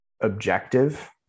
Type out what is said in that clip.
objective